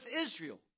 Israel